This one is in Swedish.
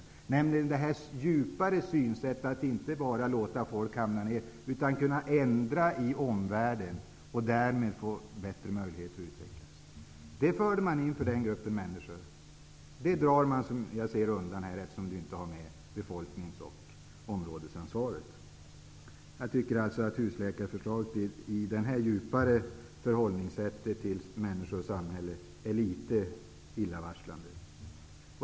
Det handlar om det här djupare synsättet, dvs. att inte bara låta folk ramla ner, utan göra ändringar i omvärlden och därmed få bättre möjligheter till utveckling. Detta förde man in för den här gruppen människor. Men det drar man, som jag ser det, nu undan, eftersom befolknings och områdesansvaret inte finns med. Husläkarförslaget är i det här djupare förhållningssättet till människors samhälle litet illavarslande.